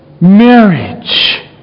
marriage